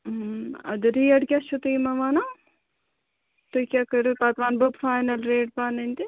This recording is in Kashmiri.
اَدٕ ریٹ کیاہ چھُو تُہۍ یِمن وَنان تُہۍ کیاہ کٔرِو پتہٕ وَنہٕ بہٕ فاینل ریٹ پَنٕنۍ تہِ